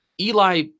Eli